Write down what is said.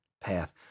path